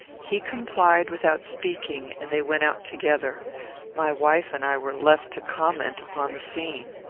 he complied without speaking, and they went out together my wife and i were left to comment upon the scene.